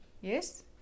Yes